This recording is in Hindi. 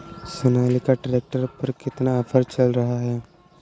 सोनालिका ट्रैक्टर पर कितना ऑफर चल रहा है?